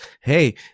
Hey